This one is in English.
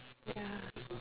ya